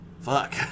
Fuck